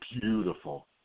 beautiful